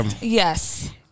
Yes